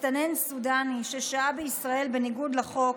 מסתנן סודני ששהה בישראל בניגוד לחוק,